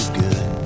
good